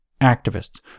Activists